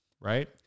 right